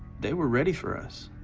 they were ready for us.